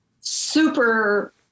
super